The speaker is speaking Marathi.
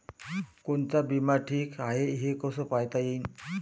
कोनचा बिमा ठीक हाय, हे कस पायता येईन?